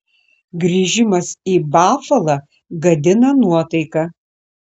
grįžimas į bafalą gadina nuotaiką